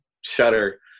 Shudder